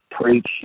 preach